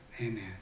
Amen